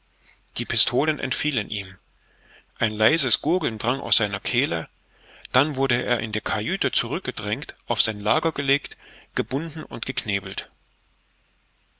die pistolen entfielen ihm ein leises gurgeln drang aus seiner kehle dann wurde er in die kajüte zurückgedrängt auf sein lager gelegt gebunden und geknebelt